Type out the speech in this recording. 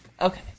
Okay